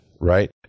Right